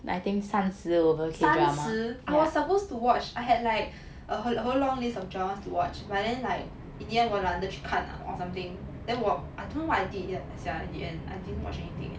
三十 I was supposed to watch like I had like a whole long list of dramas to watch but then like in the end 我懒得去看 lah or something then 我 I don't know what I did sia in the end I didn't watch anything eh